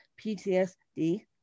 PTSD